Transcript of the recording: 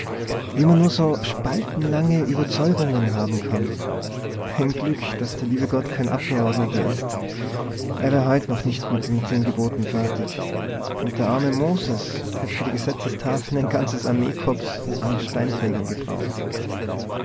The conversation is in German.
wie man nur so spaltenlange überzeugungen haben kann ein glück daß der liebe gott kein abgeordneter is er wär heut noch nicht mit den zehn geboten fertig und der arme moses hätt für die gesetzestafeln ein ganzes armeekorps steinträger gebraucht